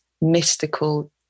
mystical